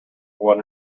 one